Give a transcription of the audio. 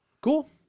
Cool